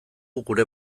gure